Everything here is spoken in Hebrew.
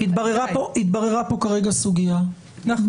התבררה פה כרגע סוגיה --- כן,